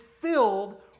filled